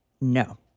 No